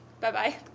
Bye-bye